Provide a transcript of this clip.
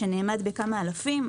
שנאמד בכמה אלפים.